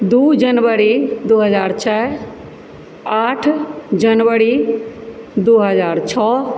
दू जनवरी दू हजार चारि आठ जनवरी दू हजार छओ